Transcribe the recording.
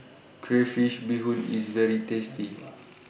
Crayfish Beehoon IS very tasty